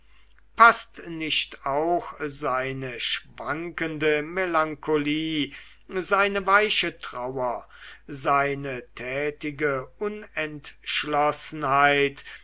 paßt nicht auch seine schwankende melancholie seine weiche trauer seine tätige unentschlossenheit